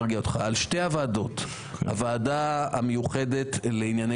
להרגיע אותך: על שתי הוועדות הוועדה המיוחדת לענייני